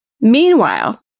Meanwhile